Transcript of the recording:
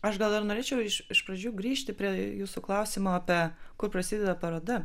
aš gal ir norėčiau iš pradžių grįžti prie jūsų klausimo apie kur prasideda paroda